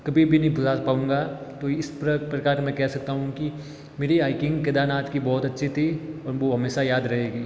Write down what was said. कभी भी नहीं भुला पाऊंगा तो इस प्रकार मैं कह सकता हूँ कि मेरी हाइकिंग केदारनाथ की बहुत अच्छी थी और वो हमेशा याद रहेगी